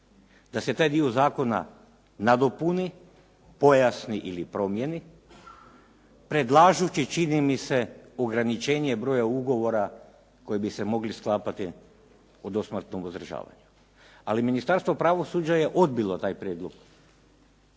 da se taj dio zakona nadopuni, pojasni ili promjeni, predlažući čini i se ograničenje broja ugovor koji bi se mogli sklapati o dosmrtnom uzdržavanju. Ali Ministarstvo pravosuđa je odbilo taj prijedlog